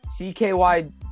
CKY